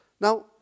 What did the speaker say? Now